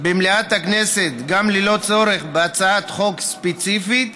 במליאת הכנסת גם ללא צורך בהצעת חוק ספציפית,